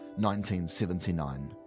1979